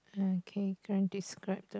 okay then described